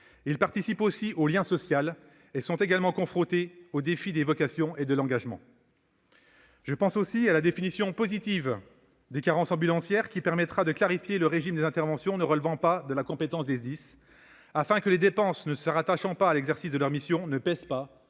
participent au lien social, mais sont également confrontés au défi des vocations et de l'engagement. De même, la définition positive des carences ambulancières permettra de clarifier le régime des interventions ne relevant pas de la compétence des SDIS, afin que les dépenses ne se rattachant pas à l'exercice de leurs missions ne pèsent pas